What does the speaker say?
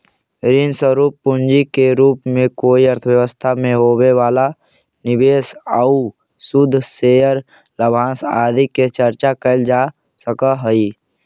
ऋण स्वरूप पूंजी के रूप में कोई अर्थव्यवस्था में होवे वाला निवेश आउ शुद्ध शेयर लाभांश इत्यादि के चर्चा कैल जा सकऽ हई